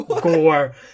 gore